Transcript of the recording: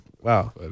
Wow